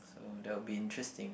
so that will be interesting